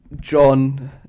John